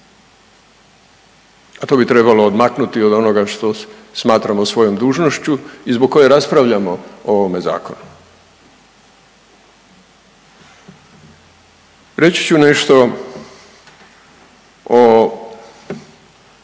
a to bi trebalo odmaknuti od onoga što smatramo svojom dužnošću i zbog koje raspravljamo o ovome zakonu. Reći ću nešto o